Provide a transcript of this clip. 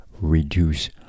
reduce